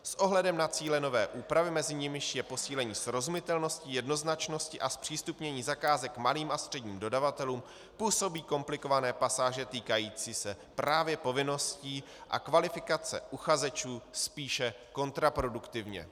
S ohledem na cíle nové úpravy, mezi nimiž je posílení srozumitelnosti, jednoznačnosti a zpřístupnění zakázek malým a středním dodavatelům, působí komplikované pasáže týkající se právě povinností a kvalifikace uchazečů spíše kontraproduktivně.